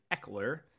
Eckler